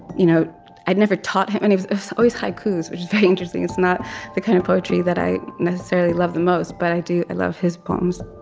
you know i'd never taught him and it was always haikus, which was very interesting. it's not the kind of poetry that i necessarily loved the most, but i do i love his poems